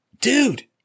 dude